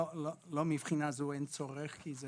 לא, מבחינה זו אין צורך, כי זה